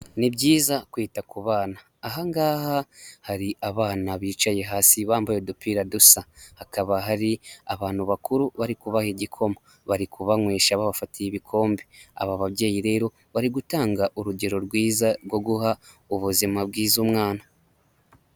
Ni byiza kwita ku bana, aha ngaha hari abana bicaye hasi bambaye udupira dusa, hakaba hari abantu bakuru bari kubaha igikoma, bari kubanywesha babafatiye ibikombe, aba babyeyi rero bari gutanga urugero rwiza rwo guha ubuzima bwiza umwana.